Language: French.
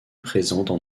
présentes